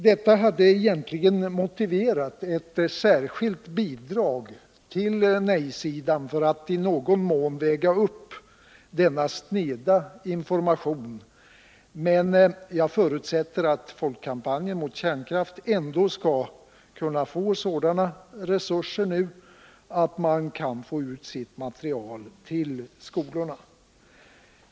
Detta hade egentligen motiverat ett särskilt bidrag till nej-sidan för att i någon mån väga upp denna sneda information, men jag förutsätter att Folkkampanjen mot kärnkraft ändå skall få sådana resurser att man kan få ut sitt material till skolorna.